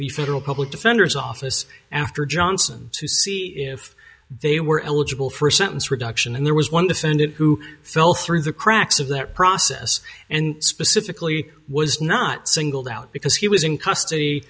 the federal public defender's office after johnson to see if they were eligible for sentence reduction and there was one defendant who fell through the cracks of that process and specifically was not singled out because he was in